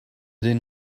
den